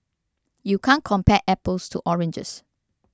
you can't compare apples to oranges